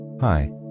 Hi